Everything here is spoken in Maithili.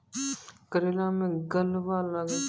करेला मैं गलवा लागे छ?